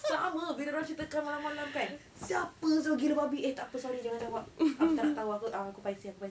sama bila rasa tekan malam-malam kan siapa [sial] gila babi eh tak apa sorry jangan jawab aku tak nak tahu aku paiseh aku paiseh